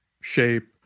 shape